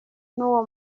nuwo